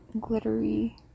glittery